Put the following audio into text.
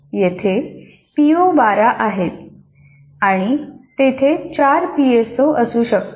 येथे 12 पीओ आहेत आणि तेथे 4 पीएसओ असू शकतात